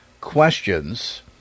questions